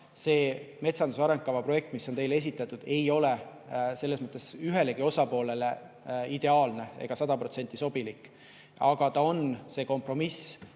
see metsanduse arengukava projekt, mis on teile esitatud, ei ole selles mõttes ühelegi osapoolele ideaalne ega sada protsenti sobilik. Aga ta on see kompromiss,